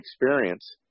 experience